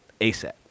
ASAP